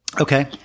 Okay